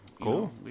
cool